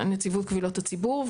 נציבות קבילות הציבור.